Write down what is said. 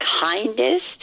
kindest